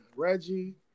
Reggie